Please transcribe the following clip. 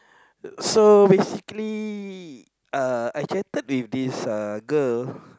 so basically uh I chatted with this uh girl